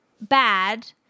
bad